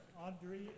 Audrey